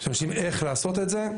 ולמשתמשים איך לעשות את זה,